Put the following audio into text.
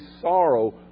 sorrow